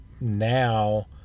now